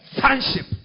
Friendship